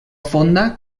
fonda